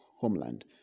homeland